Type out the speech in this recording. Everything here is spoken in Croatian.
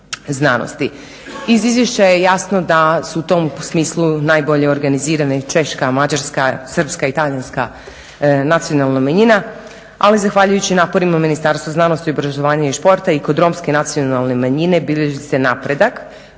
Iz izvješća je jasno da su u tom smislu najbolje organizirane Češka, Mađarska, Srpska i Talijanska nacionalna manjina, ali zahvaljujući naporima Ministarstva znanosti, obrazovanja i športa i kod romske nacionalne manjine bilježi se napredak,